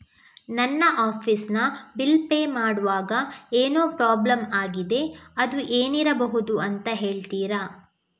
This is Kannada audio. ನನ್ನ ಆಫೀಸ್ ನ ಬಿಲ್ ಪೇ ಮಾಡ್ವಾಗ ಏನೋ ಪ್ರಾಬ್ಲಮ್ ಆಗಿದೆ ಅದು ಏನಿರಬಹುದು ಅಂತ ಹೇಳ್ತೀರಾ?